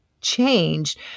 changed